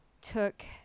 took